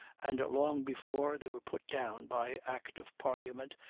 and long before they were put down by act of parliament,